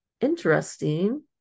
interesting